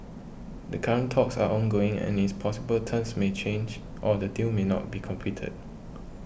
the current talks are ongoing and it's possible terms may change or the deal may not be completed